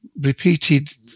repeated